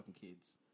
kids